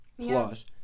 plus